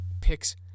picks